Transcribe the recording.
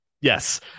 yes